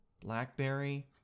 BlackBerry